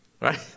right